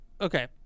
Okay